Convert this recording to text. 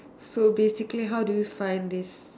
so basically how do you find this